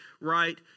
right